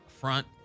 Front